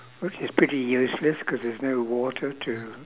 which is pretty useless cause there's no water to